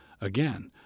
again